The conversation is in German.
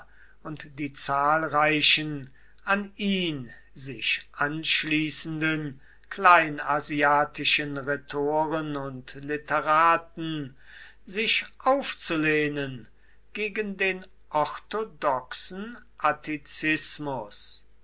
und die zahlreichen an ihn sich anschließenden kleinasiatischen rhetoren und literaten sich aufzulehnen gegen den orthodoxen attizismus